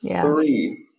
three